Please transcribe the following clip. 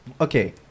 Okay